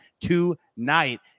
tonight